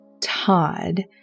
Todd